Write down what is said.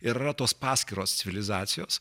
ir yra tos paskiros civilizacijos